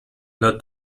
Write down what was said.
not